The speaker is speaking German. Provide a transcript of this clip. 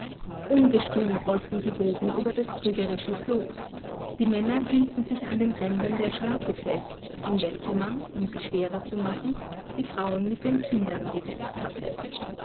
ungestüm rollten die wogen über das trügerische floß die männer hielten sich an den rändern der schaluppe fest in welche man um sie schwerer zu machen die frauen mit den kindern gesetzt hatte